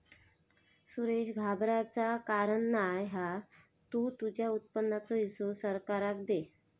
सुरेश घाबराचा कारण नाय हा तु तुझ्या उत्पन्नाचो हिस्सो सरकाराक दे